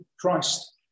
Christ